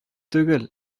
түгел